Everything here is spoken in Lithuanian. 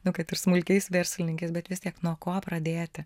nu kad ir smulkiais verslininkais bet vis tiek nuo ko pradėti